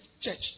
church